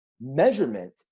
measurement